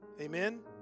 Amen